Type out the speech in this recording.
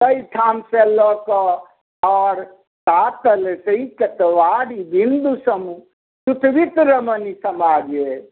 एहिठामसँ लऽ कऽ आओर तातल सैकत वारि बिन्दु सम सुतमित रमनी समाजे